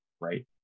right